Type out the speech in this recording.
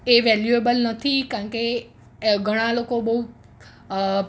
એ valuable નથી કારણ કે ઘણાં લોકો બહુ અ